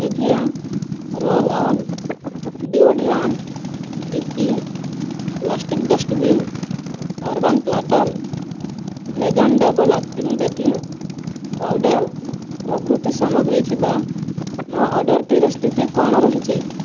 Nivea roll on deodorant DP plastic dustbin urban platter vegan double acting baking powder ପ୍ରଭୃତି ସାମଗ୍ରୀ ଥିବା ମୋ ଅର୍ଡ଼ର୍ଟିର ସ୍ଥିତି କ'ଣ ରହିଛି